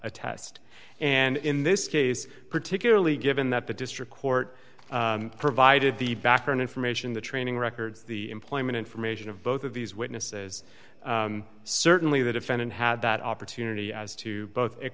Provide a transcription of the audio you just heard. a test and in this case particularly given that the district court provided the background information the training records the employment information of both of these witnesses certainly the defendant had that opportunity as to b